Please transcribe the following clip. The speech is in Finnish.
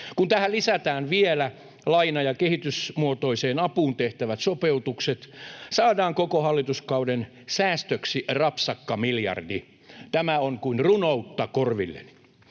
Kun tähän lisätään vielä laina- ja kehitysmuotoiseen apuun tehtävät sopeutukset, saadaan koko hallituskauden säästöksi rapsakka miljardi. Tämä on kuin runoutta korvilleni.